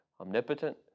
omnipotent